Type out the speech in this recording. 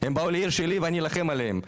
הם באו לעיר שלי ואני אלחם עליהם,